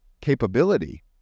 capability